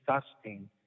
disgusting